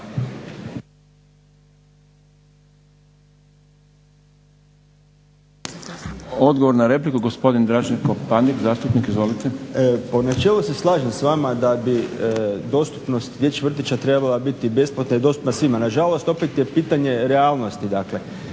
Odgovor na repliku gospodin Draženko Pandek zastupnik. Izvolite. **Pandek, Draženko (SDP)** Po načelu se slaže s vama da bi dostupnost dječjih vrtića trebala biti besplatna i dostupna svima, nažalost opet je pitanje realnosti dakle.